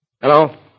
Hello